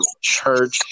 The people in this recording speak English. church